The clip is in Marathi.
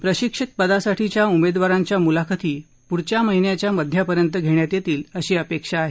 प्रशिक्षकपदासाठीच्या उमेदवारांच्या मुलाखती पुढच्या महिन्याच्या मध्यापर्यंत घेण्यात येतील अशी अपेक्षा आहे